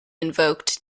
invoked